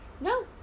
no